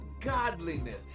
godliness